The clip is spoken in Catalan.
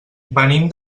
venim